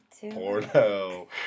Porno